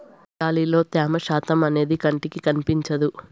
గాలిలో త్యమ శాతం అనేది కంటికి కనిపించదు